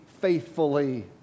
faithfully